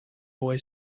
boy